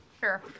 Sure